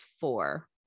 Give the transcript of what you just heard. four